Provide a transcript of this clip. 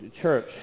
church